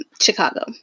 Chicago